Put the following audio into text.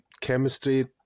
chemistry